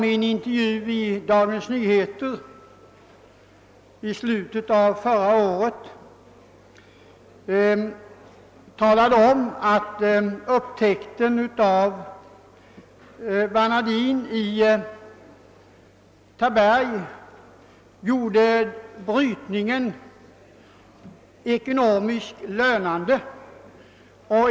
I en intervju i Dagens Nyheter i slutet av förra året talade de om att upptäckten av vanadin i Taberg gjorde brytningen ekonomiskt lönande.